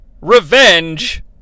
Revenge